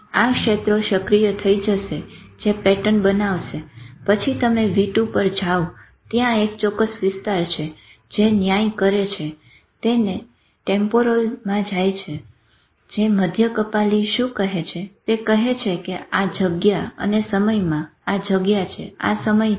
આ ક્ષેત્રો સક્રિય થઇ જશે જે પેટર્ન બનાવશે પછી તમે v2 પર જાઓ ત્યાં એક ચોકકસ વિસ્તાર છે જે ન્યાય કરે છે અને તે ટેમ્પોરલમાં જાય છે જે મધ્ય કપાલી શું કહે છે તે કહે છે જ્યાં જગ્યા અને સમયમાં આ જગ્યા છે આ સમય છે